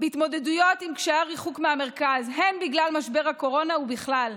בהתמודדויות עם קשיי הריחוק מהמרכז בגלל משבר הקורונה ובכלל.